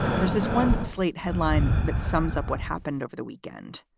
there's this one slate headline that sums up what happened over the weekend.